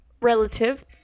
relative